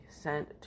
sent